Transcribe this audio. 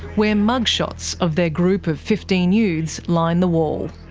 where mugshots of their group of fifteen youths line the wall.